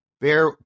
bear